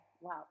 Wow